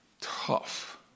tough